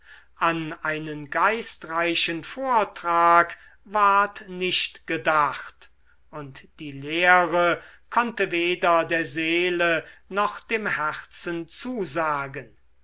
an einen geistreichen vortrag ward nicht gedacht und die lehre konnte weder der seele noch dem herzen zusagen